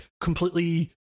completely